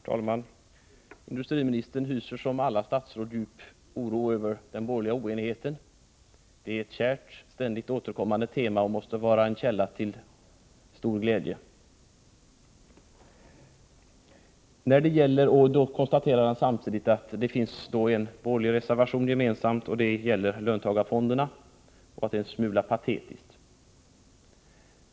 Herr talman! Industriministern hyser, som alla statsråd, djup oro över den borgerliga oenigheten. Denna oenighet är ett kärt och ständigt återkommande tema och måste vara en källa till stor glädje. Industriministern konstaterar att det finns en gemensam borgerlig reservation och att den gäller löntagarfonderna, vilket han ansåg en smula patetiskt.